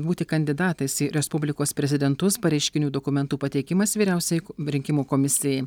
būti kandidatais į respublikos prezidentus pareiškinių dokumentų pateikimas vyriausiajai rinkimų komisijai